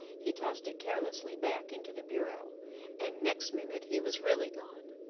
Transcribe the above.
he tossed it carelessly back into the bureau and next minute he was really gone,